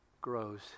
grows